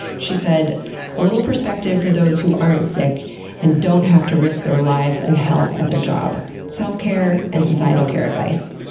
she said a little perspective for those who aren't sick and don't have to risk their lives and health at their job. self-care and societal care advice.